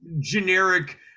generic